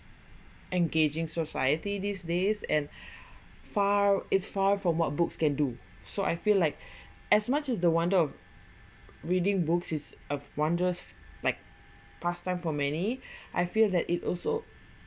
engaging society these days and far it's far from what books can do so I feel like as much as the wander of reading books is of wanderers like pastime for many I feel that it also